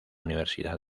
universidad